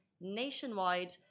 nationwide